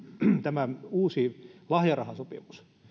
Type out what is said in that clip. tämä uusi lahjarahasopimus